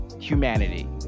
humanity